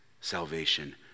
salvation